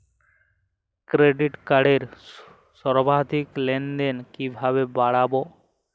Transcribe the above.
Credit কার্ডের সর্বাধিক লেনদেন কিভাবে বাড়াবো?